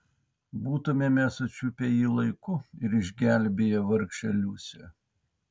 būtumėme sučiupę jį laiku ir išgelbėję vargšę liusę